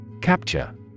Capture